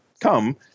come